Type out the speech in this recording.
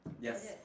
Yes